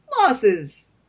losses